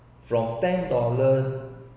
from ten dollar